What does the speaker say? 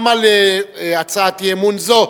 גם על הצעת אי-אמון זו,